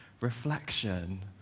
reflection